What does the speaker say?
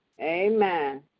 Amen